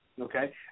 okay